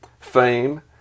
fame